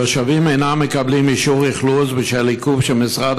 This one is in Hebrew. התושבים אינם מקבלים אישור אכלוס בשל עיכוב של משרד